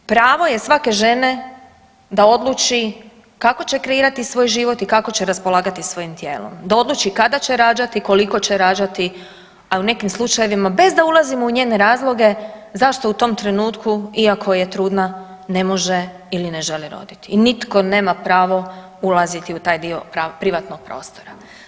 Pravo je svake žene da odluči kako će kreirati svoj život i kako će raspolagati svojim tijelom, da odluči kada će rađati i koliko će rađati, a u nekim slučajevima bez da ulazimo u njene razloge zašto u tom trenutku iako je trudna ne može ili ne želi roditi i nitko nema pravo ulaziti u taj dio privatnog prostora.